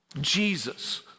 Jesus